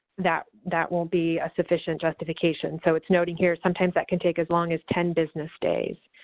that that won't be a sufficient justification. so it's noted here, sometimes that can take as long as ten business days.